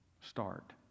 start